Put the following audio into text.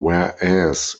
whereas